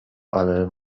ale